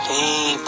Hey